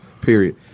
period